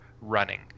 running